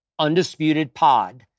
UndisputedPod